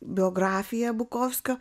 biografija bukovskio